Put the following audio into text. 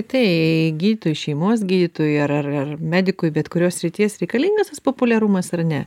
taigi šeimos gydytojui ar ar ar medikui bet kurios srities reikalingas tas populiarumas ar ne